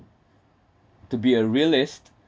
to be a realist